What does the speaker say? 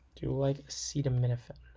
do u like acetaminophen?